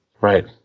Right